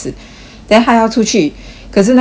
then 他要出去可是那个人就